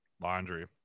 Laundry